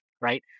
Right